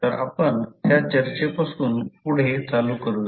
तर आपण त्या चर्चेपासून पुढे चालू करूयात